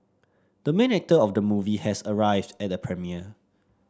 the main actor of the movie has arrived at the premiere